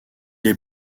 est